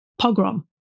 pogrom